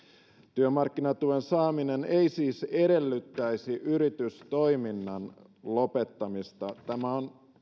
työmarkkinatuen saaminen ei siis edellyttäisi yritystoiminnan lopettamista tämä on